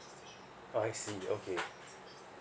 I see okay